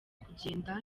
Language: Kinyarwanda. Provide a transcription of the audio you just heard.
kugenda